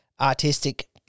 artistic